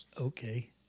Okay